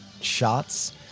shots